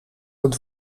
het